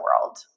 world